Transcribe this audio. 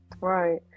right